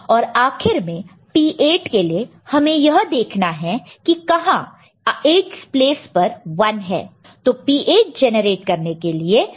और आखिर में P8 के लिए हमें यह देखना है कि कहा 8's प्लेस पर 1 है तो P8 जनरेट करने के लिए D9 D10 D11 D12 लेंगे